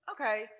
Okay